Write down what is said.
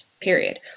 period